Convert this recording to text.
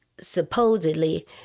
supposedly